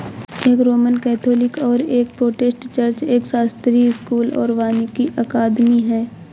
एक Roman Catholic और एक प्रोटेस्टेंट चर्च, एक शास्त्रीय स्कूल और वानिकी अकादमी है